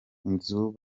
inzu